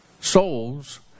souls